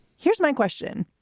here's my question.